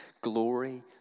glory